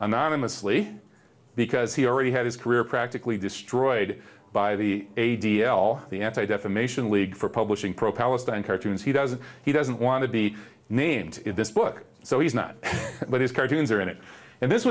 honestly because he already had his career practically destroyed by the a d l the anti defamation league for publishing pro palestine cartoons he doesn't he doesn't want to be named in this book so he's not but his cartoons are in it and this